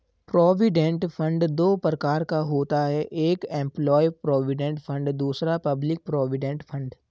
provident fund दो प्रकार का होता है एक एंप्लॉय प्रोविडेंट फंड दूसरा पब्लिक प्रोविडेंट फंड